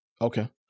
Okay